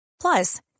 Plus